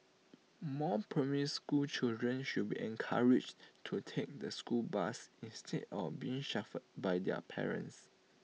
more primary school children should be encouraged to take the school bus instead of being chauffeured by their parents